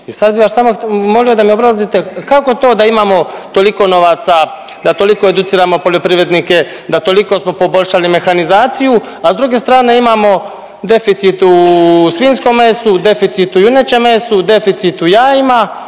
i sad bi vas samo molio da mi objasnite kako to da imamo toliko novaca, da toliko educiramo poljoprivrednike, da toliko smo poboljšali mehanizaciju, a s druge strane imamo deficit u svinjskom mesu, deficit u junećem mesu, deficit u jajima,